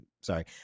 sorry